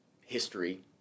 history